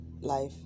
life